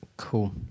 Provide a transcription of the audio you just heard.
Cool